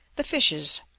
the fishes.